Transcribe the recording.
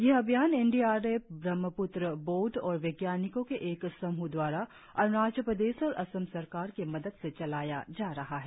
यह अभियान N D R F Brahmaputra board और वैज्ञानिकों के एक समूह दवारा अरुणाचल प्रदेश और असम सरकार की मदद से चलाया जा रहा है